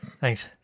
Thanks